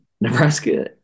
Nebraska